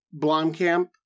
Blomkamp